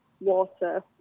Water